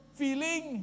feeling